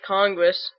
Congress